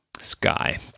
sky